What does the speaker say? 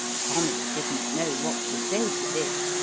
tommy didn't know what to say to this,